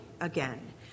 again